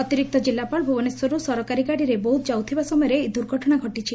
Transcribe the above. ଅତିରିକ୍ତ ଜିଲ୍ଲାପାଳ ଭୁବନେଶ୍ୱରରୁ ସରକାରୀ ଗାଡ଼ିରେ ବୌଦ ଯାଉଥିବା ସମୟରେ ଏହି ଦୁର୍ଘଟଣା ଘଟିଛି